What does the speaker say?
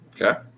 Okay